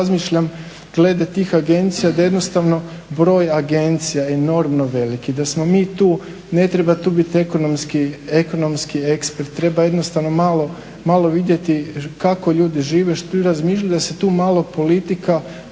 razmišljam glede tih agencija, da jednostavno broj agencija je enormno velik i da smo mi tu, ne treba tu bit ekonomski ekspert, treba jednostavno malo vidjeti kako ljudi žive, što razmišljaju, da se tu politika pomalo